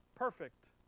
Perfect